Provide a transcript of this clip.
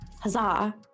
Huzzah